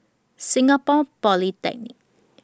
Singapore Polytechnic